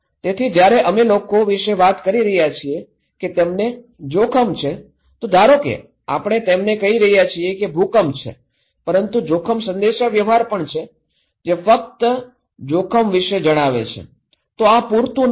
તેથી જ્યારે અમે લોકો વિશે વાત કરી રહ્યા છીએ કે તેમને જોખમ છે તો ધારો કે આપણે તેમને કહી રહ્યા છીએ કે ભૂકંપ છે પરંતુ જોખમ સંદેશાવ્યવહાર પણ છે જે ફક્ત તે જોખમ વિશે જણાવે છે તો આ પૂરતું નથી